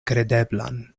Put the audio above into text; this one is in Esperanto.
kredeblan